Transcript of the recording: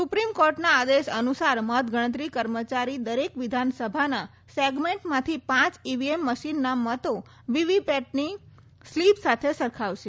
supreme કોર્ટના આદેશ અનુસાર મતગણતરી કર્મચારી દરેક વિધાનસભાના સેગમેન્ટમાંથી પાંચ ઈવીએમ મશીનના મતો વીવીપેટની સ્લીપ સાથે સરખાવશે